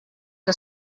que